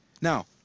Now